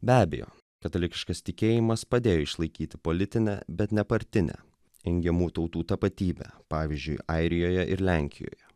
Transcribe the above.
be abejo katalikiškas tikėjimas padėjo išlaikyti politinę bet nepartinę engiamų tautų tapatybę pavyzdžiui airijoje ir lenkijoje